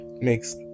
makes